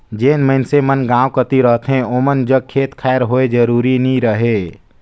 जेन मइनसे मन गाँव कती रहथें ओमन जग खेत खाएर होए जरूरी नी रहें